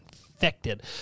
infected